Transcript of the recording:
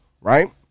right